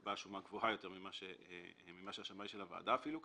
ויקבע שומה גבוהה יותר ממה שהשמאי של הוועדה אפילו קבע.